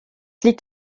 liegt